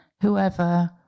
whoever